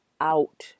out